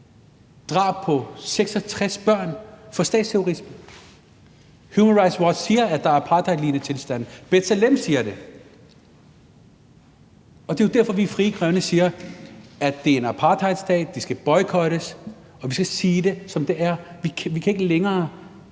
drab på 66 børn for statsterrorisme? Human Rights Watch siger, at der er apartheidlignende tilstand, B'Tselem siger det, og det er jo derfor, vi i Frie Grønne siger, at det er en apartheidstat, de skal boycottes, og vi skal sige det, som det er, for vi kan ikke længere